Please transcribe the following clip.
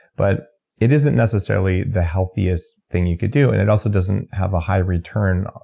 but it isn't necessarily the healthiest thing you could do. and it also doesn't have a high return.